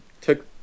took